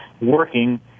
working